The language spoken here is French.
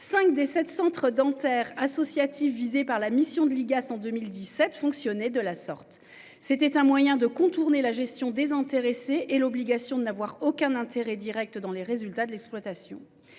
5 des 7 centres dentaires associative visé par la mission de l'IGAS en 2017. Fonctionner de la sorte, c'était un moyen de contourner la gestion désintéressée et l'obligation de n'avoir aucun intérêt direct dans les résultats de l'exploitation.